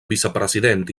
vicepresident